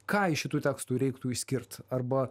ką iš šitų tekstų reiktų išskirt arba